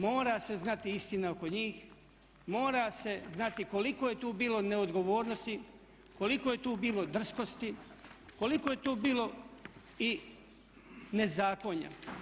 Mora se znati istina oko njih, mora se znati koliko je tu bilo neodgovornosti, koliko je tu bilo drskosti, koliko je tu bilo i nezakonja.